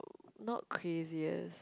not craziest